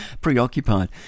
preoccupied